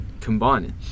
combining